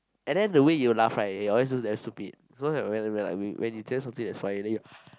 and then the way you laugh right you always look damn stupid